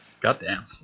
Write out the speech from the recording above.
Goddamn